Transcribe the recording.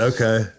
Okay